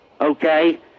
Okay